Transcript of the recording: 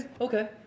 okay